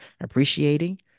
appreciating